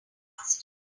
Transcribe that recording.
faster